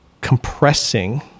compressing